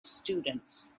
students